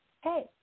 hey